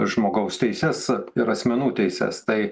žmogaus teises ir asmenų teises tai